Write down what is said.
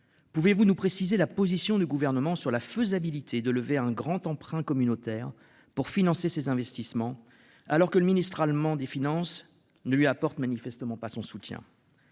Pouvez-vous nous préciser la position du gouvernement sur la faisabilité de lever un grand emprunt communautaire pour financer ses investissements. Alors que le ministre allemand des Finances ne lui apporte manifestement pas son soutien.